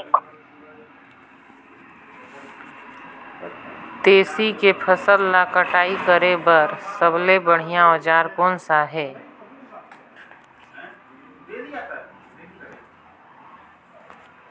तेसी के फसल ला कटाई करे बार सबले बढ़िया औजार कोन सा हे?